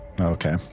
Okay